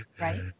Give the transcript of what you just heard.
right